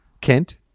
Kent